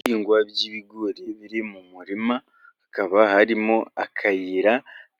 Ibihingwa by'ibigori biri mu murima ,hakaba harimo akayira.